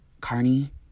Carney